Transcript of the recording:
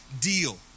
deal